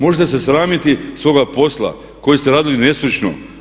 Možete se sramiti svoga posla koji ste radili nestručno.